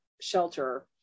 shelter